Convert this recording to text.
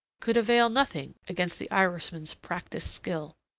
could avail nothing against the irishman's practised skill.